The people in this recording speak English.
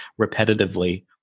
repetitively